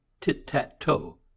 tit-tat-toe